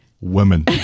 women